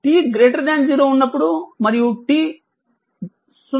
t 0 ఉన్నప్పుడు మరియు t 0